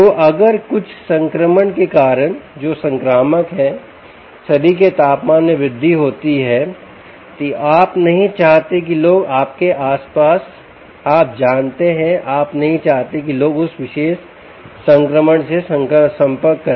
तो अगर कुछ संक्रमण के कारण जो संक्रामक है शरीर के तापमान में वृद्धि होती है तो आप नहीं चाहते कि लोग आपके आस पास आप जानते हैं आप नहीं चाहते कि लोग उस विशेष संक्रमण से संपर्क करें